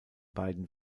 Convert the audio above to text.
beiden